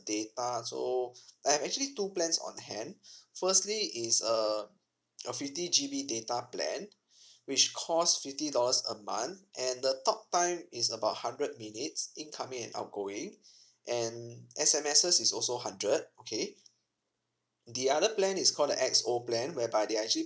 data so I have actually two plans on hand firstly is err a fifty G_B data plan which cost fifty dollars a month and the talk time is about hundred minutes incoming and outgoing and S_M_S's is also hundred okay the other plan is called the X_O plan whereby they are actually